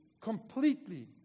completely